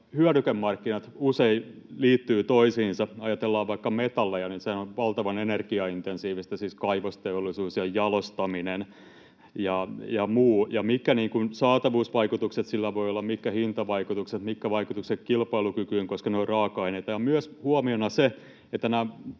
hyödykemarkkinat usein liittyvät toisiinsa. Ajatellaan vaikka metalleja, niin kaivosteollisuus, jalostaminen ja muu ovat valtavan energiaintensiivisiä, ja mitkä saatavuusvaikutukset voivat olla, mitkä hintavaikutukset, mitkä vaikutukset kilpailukykyyn, koska ne ovat raaka-aineita. Ja huomiona myös se, että nämä